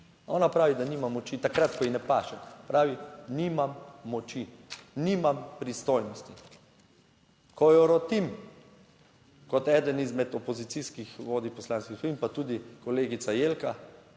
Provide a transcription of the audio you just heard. ona pravi, da nima moči takrat, ko ji ne paše. Pravi, nimam moči, nimam pristojnosti. Ko jo rotim, kot eden izmed opozicijskih vodij poslanskih skupin, pa tudi kolegica Jelka,